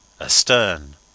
ASTERN